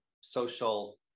social